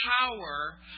power